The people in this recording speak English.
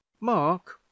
mark